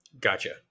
Gotcha